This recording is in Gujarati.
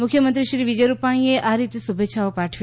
મુખ્યમંત્રીશ્રી વિજય રૂપાણીએ આ રીતે શુભેચ્છાઓ પાઠવી